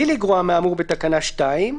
בלי לגרוע מהאמור בתקנה 2,